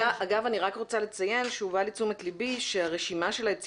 אני רוצה לציין שהובא לתשומת לבי שהרשימה של האילנות